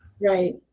Right